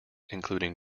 including